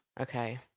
okay